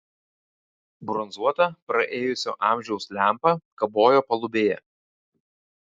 bronzuota praėjusio amžiaus lempa kabojo palubėje